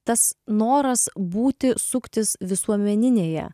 tas noras būti suktis visuomeninėje